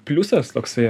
pliusas toksai